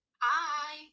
Hi